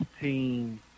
team